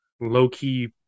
low-key